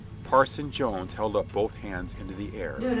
parson jones held up both hands into the air,